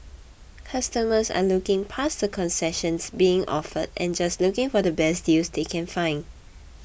customers are looking past the concessions being offered and just looking for the best deals they can find